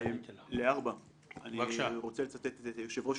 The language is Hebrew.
לסעיף 4. אני רוצה לצטט את יושב ראש